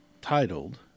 titled